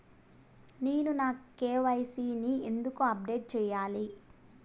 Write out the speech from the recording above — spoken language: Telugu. నేను నా కె.వై.సి ని ఎందుకు అప్డేట్ చెయ్యాలి?